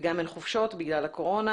גם אין חופשות בגלל הקורונה